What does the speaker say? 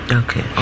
okay